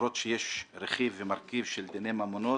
למרות שיש רכיב ומרכיב של דיני ממונות,